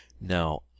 Now